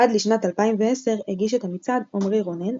עד לשנת 2010 הגיש את המצעד עמרי רונן,